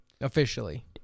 Officially